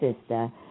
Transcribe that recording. sister